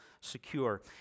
secure